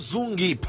Zungi